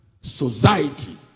society